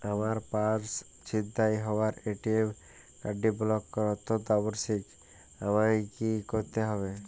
আমার পার্স ছিনতাই হওয়ায় এ.টি.এম কার্ডটি ব্লক করা অত্যন্ত আবশ্যিক আমায় কী কী করতে হবে?